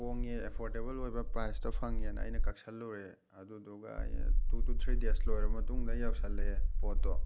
ꯍꯣꯡꯉꯦ ꯑꯦꯐꯣꯔꯗꯦꯕꯜ ꯑꯣꯏꯕ ꯄ꯭ꯔꯥꯖꯇ ꯐꯪꯉꯦꯅ ꯑꯩꯅ ꯀꯛꯁꯜꯂꯨꯔꯦ ꯑꯗꯨꯗꯨꯒ ꯑꯩ ꯇꯨ ꯇꯨ ꯊ꯭ꯔꯤ ꯗꯦꯖ ꯂꯩꯔ ꯃꯇꯨꯡꯗ ꯌꯧꯁꯜꯂꯛꯑꯦ ꯄꯣꯠꯇꯣ